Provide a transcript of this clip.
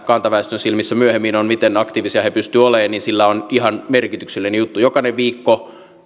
kantaväestön silmissä myöhemmin on miten aktiivisia he pystyvät olemaan se on ihan merkityksellinen juttu jokainen viikko